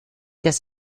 das